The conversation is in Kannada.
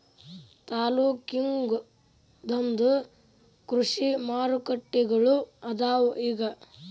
ತಾಲ್ಲೂಕಿಗೊಂದೊಂದ ಕೃಷಿ ಮಾರುಕಟ್ಟೆಗಳು ಅದಾವ ಇಗ